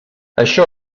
això